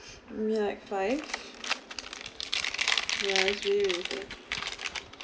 maybe like five yeah it's really really sad